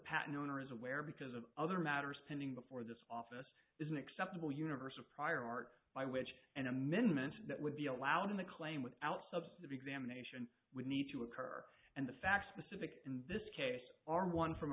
patent owner is aware because of other matters pending before this office is an acceptable universe of prior art by which an amendment that would be allowed in the claim without subsidy examination would need to occur and the facts specific in this case are one from